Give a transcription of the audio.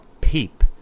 peep